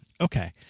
Okay